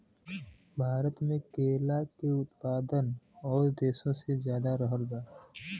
भारत मे केला के उत्पादन और देशो से ज्यादा रहल बा